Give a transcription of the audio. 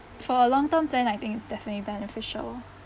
for a long term plan I think definitely beneficial